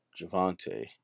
Javante